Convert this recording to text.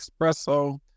espresso